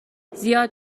زیاد